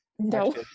No